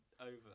over